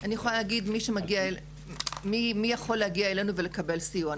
אני יכולה להגיד מי יכול להגיע אלינו ולקבל סיוע.